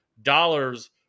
dollars